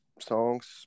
songs